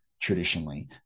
traditionally